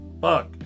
fuck